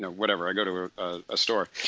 whatever. i go to a store.